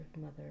mother